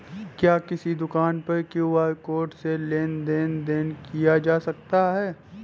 क्या किसी दुकान पर क्यू.आर कोड से लेन देन देन किया जा सकता है?